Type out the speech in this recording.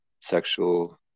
sexual